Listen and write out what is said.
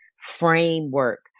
framework